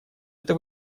это